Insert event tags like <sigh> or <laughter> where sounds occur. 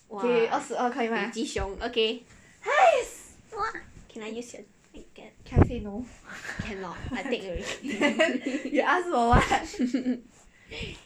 !wah! 北极熊 okay !wah! can I use your blanket cannot I take already <laughs>